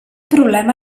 problema